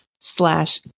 slash